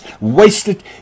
wasted